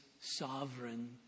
sovereign